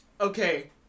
okay